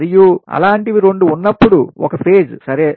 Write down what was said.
మరియు అలాంటివి 2 ఉన్నప్పుడు ఒక పేజ్ సరే